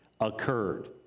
occurred